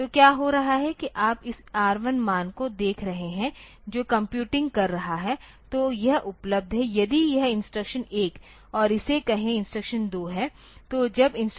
तो क्या हो रहा है कि आप इस R1 मान को देख रहे हैं जो कंप्यूटिंग कर रहा है तो यह उपलब्ध है यदि यह इंस्ट्रक्शन 1और इसे कहे इंस्ट्रक्शन 2 है